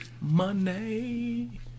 money